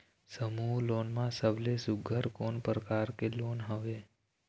समूह लोन मा सबले सुघ्घर कोन प्रकार के लोन हवेए?